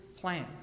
plan